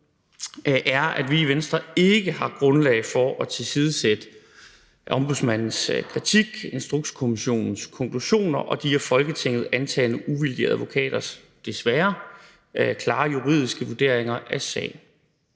er, at vi i Venstre ikke har grundlag for at tilsidesætte Ombudsmandens kritik, Instrukskommissionens konklusioner og de af Folketinget antagne uvildige advokaters desværre klare juridiske vurderinger af sagen.